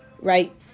right